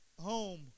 home